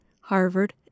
Harvard